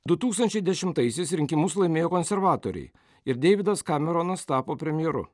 du tūkstančiai dešimtaisiais rinkimus laimėjo konservatoriai ir deividas kameronas tapo premjeru